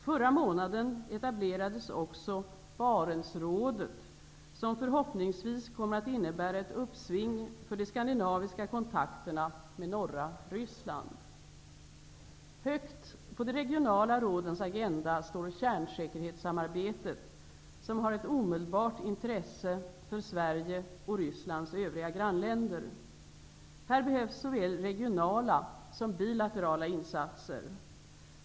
Förra månaden etablerades också Barentsrådet, som förhoppningsvis kommer att innebära ett uppsving för de skandinaviska kontakterna med norra Högt på de regionala rådens agenda står kärnsäkerhetssamarbetet, som har ett omedelbart intresse för Sverige och Rysslands övriga grannländer. Här behövs såväl regionala som bilaterala insatser.